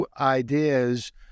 ideas